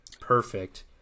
Perfect